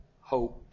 hope